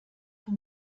für